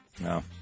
No